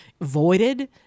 voided